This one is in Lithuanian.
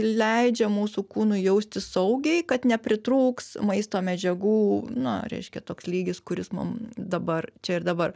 leidžia mūsų kūnui jaustis saugiai kad nepritrūks maisto medžiagų na reiškia toks lygis kuris mum dabar čia ir dabar